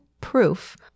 proof